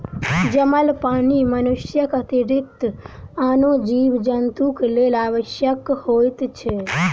जमल पानि मनुष्यक अतिरिक्त आनो जीव जन्तुक लेल आवश्यक होइत छै